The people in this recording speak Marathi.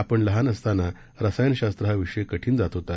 आपण लहान असताना रसायशास्त्र हा विषय कठीण जात होता